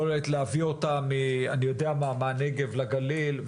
יכולת להביא אותה מהנגב לגליל,